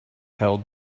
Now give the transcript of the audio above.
held